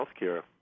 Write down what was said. healthcare